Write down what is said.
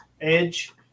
edge